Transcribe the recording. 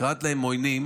קראת להם "עוינים"